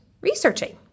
researching